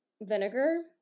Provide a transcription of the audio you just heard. vinegar